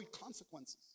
consequences